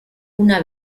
una